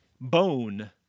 Bone